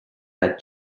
had